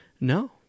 No